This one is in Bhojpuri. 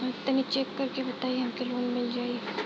तनि चेक कर के बताई हम के लोन मिल जाई?